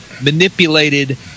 Manipulated